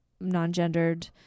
non-gendered